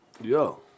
Yo